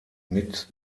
mit